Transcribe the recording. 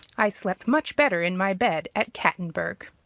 i slept much better in my bed at cattenburg.